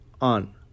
on